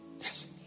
Yes